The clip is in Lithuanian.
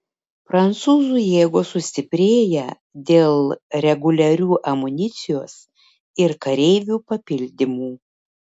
prancūzų jėgos sustiprėja dėl reguliarių amunicijos ir kareivių papildymų